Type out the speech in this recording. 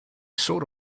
sort